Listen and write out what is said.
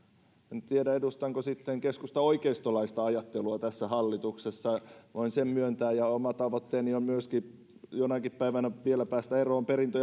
en tiedä edustanko sitten keskustaoikeistolaista ajattelua tässä hallituksessa voin sen myöntää ja oma tavoitteeni on myöskin jonakin päivänä vielä päästä eroon perintö